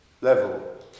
level